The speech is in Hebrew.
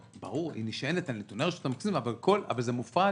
ברור שהיא נשענת על נתוני רשות המסים אבל זה מופרד.